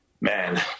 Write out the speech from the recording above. Man